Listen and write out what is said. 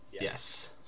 Yes